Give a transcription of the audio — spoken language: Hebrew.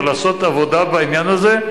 אבל לעשות את העבודה בעניין הזה,